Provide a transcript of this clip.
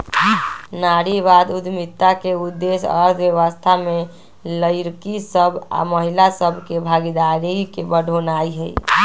नारीवाद उद्यमिता के उद्देश्य अर्थव्यवस्था में लइरकि सभ आऽ महिला सभ के भागीदारी के बढ़ेनाइ हइ